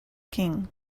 king